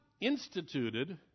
instituted